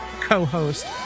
co-host